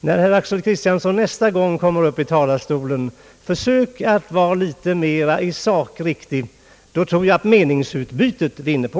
När herr Axel Kristiansson nästa gång kommer upp i talarstolen, försök då att komma med riktiga sakuppgifter. Det tror jag att meningsutbytet vinner på.